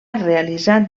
realitzat